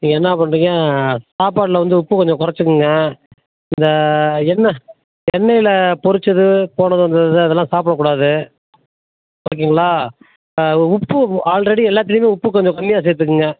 நீங்கள் என்ன பண்ணுறிங்க சாப்பாட்டில் வந்து உப்பு கொஞ்சம் குறச்சுக்குங்க இந்த எண்ணெய் எண்ணெயில் பொரித்தது அதெல்லாம் சாப்பிட கூடாது ஓகேங்களா உப்பு ஆல்ரெடி எல்லாத்திலையுமே உப்பு கொஞ்சம் கம்மியாக சேர்த்துக்குங்க